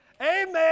Amen